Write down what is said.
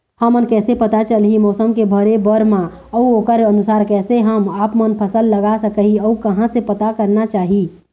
हमन कैसे पता चलही मौसम के भरे बर मा अउ ओकर अनुसार कैसे हम आपमन फसल लगा सकही अउ कहां से पता करना चाही?